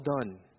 done